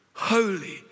Holy